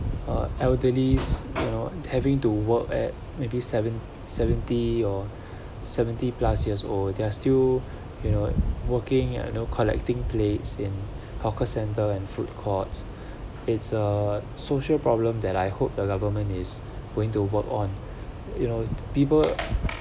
uh elderlies you know having to work at maybe seven seventy or seventy plus years old they are still you know working you know collecting plates in hawker centre and food court it's a social problem that I hope the government is going to work on you know people